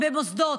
במוסדות,